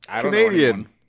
Canadian